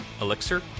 Elixir